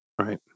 Right